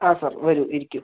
ആ സാർ വരൂ ഇരിക്കൂ